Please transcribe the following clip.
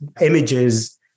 images